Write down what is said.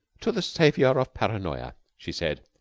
to the savior of paranoya! she said.